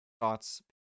thoughts